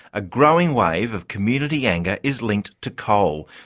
a growing wave of community anger is linked to coal,